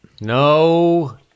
No